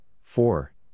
four